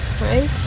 right